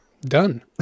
done